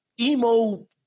emo